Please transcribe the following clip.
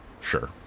Sure